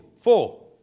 Four